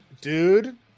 Dude